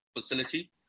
facility